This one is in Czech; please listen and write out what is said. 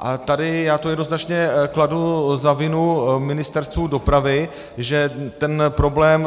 A tady já to jednoznačně kladu za vinu Ministerstvu dopravy, že ten problém